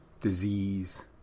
disease